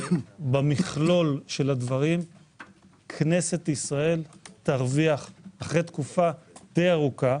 במכלול של הדברים כנסת ישראל תרוויח אחרי תקופה די ארוכה.